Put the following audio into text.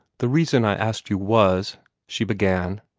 the reason i asked you was she began,